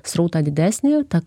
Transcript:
srautą didesnį ta